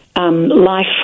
life